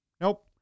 Nope